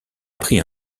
prit